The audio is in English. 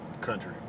country